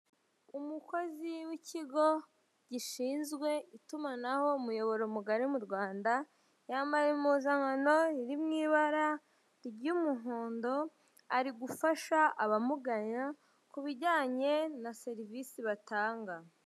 Umukozi w'ikigo gishinzwe itumanaho umuyoboro mugari mu Rwanda yambaye impuzankano iri mw'ibara ry'umuhondo ari gufasha abamugana ku bijyanye na serivisi batanga.